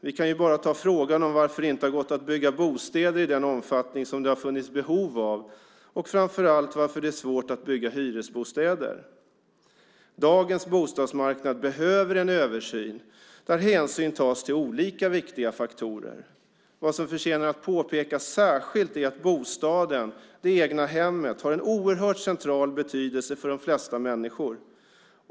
Vi kan ju bara ta frågan om varför det inte har gått att bygga bostäder i den omfattning som det har funnits behov av, och framför allt varför det är svårt att bygga hyresbostäder. Dagens bostadsmarknad behöver en översyn där hänsyn tas till olika viktiga faktorer. Vad som förtjänar att påpekas särskilt är att bostaden, det egna hemmet, har en oerhört central betydelse för de flesta människor.